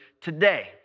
today